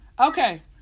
Okay